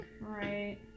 Right